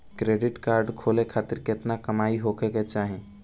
Credit card खोले खातिर केतना कमाई होखे के चाही?